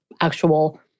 actual